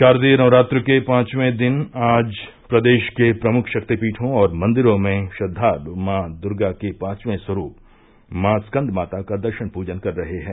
शारदीय नवरात्रि के पांचवें दिन आज प्रदेश के प्रमुख शक्तिपीठों और मंदिरों में श्रद्वालु माँ दुर्गा के पाचवें स्वरूप माँ स्कन्द माता का दर्शन पूजन कर रहे हैं